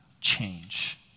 change